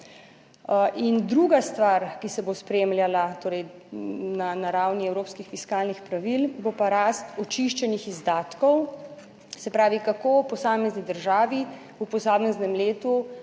In druga stvar, ki se bo spremljala torej na ravni evropskih fiskalnih pravil bo pa rast očiščenih izdatkov, se pravi kako v posamezni državi v posameznem letu